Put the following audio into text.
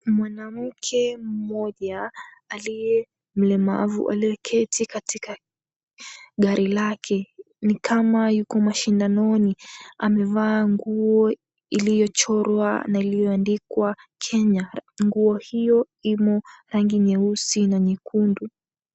Mwanamke mmoja aliye mlemavu aliyeketi katika gari lake ni kama yuko mashindanoni, amevaa nguo iliyochorwa na iliyoandikwa, Kenya. Nguo hiyo imo rangi nyeusi na nyekundu.